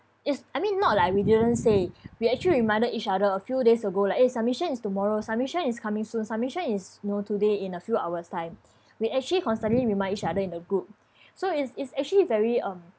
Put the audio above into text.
is I mean not like we didn't say we actually reminded each other a few days ago like eh submission is tomorrow submission is coming soon submission is you know today in a few hours time we actually constantly remind each other in the group so is is actually very um